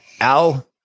Al